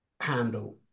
handle